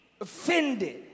offended